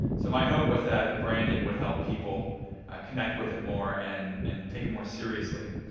so my hope was that the branding would help people connect with it more and and take it more seriously.